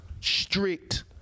strict